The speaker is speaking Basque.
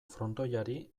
frontoiari